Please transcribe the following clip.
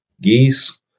geese